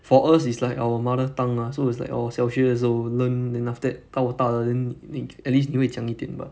for us is like our mother tongue ah so it's like orh 小学的时候 learn then after that 到大了 then 你你 at least 你会讲一点吧